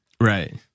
Right